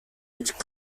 which